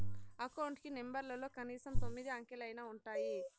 account కి నెంబర్లలో కనీసం తొమ్మిది అంకెలైనా ఉంటాయి